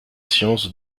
sciences